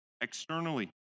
externally